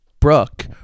Brooke